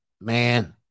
man